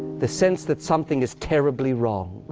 the sense that something is terribly wrong.